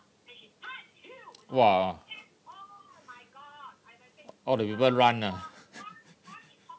!wah! all the people run ah